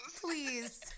Please